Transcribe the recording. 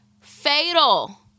fatal